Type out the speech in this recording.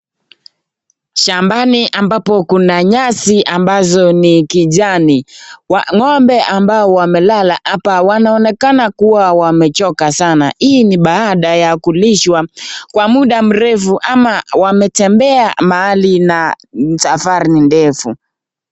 Shambani ambapo kuna nyasi ambazo ni kijani. Ng' ombe ambao wamelala hapa wanaonekana kuwa wamechoka sana. Hii ni baada ya kulishwa kwa muda mrefu ama wametembea mahali na safari ni ndefu.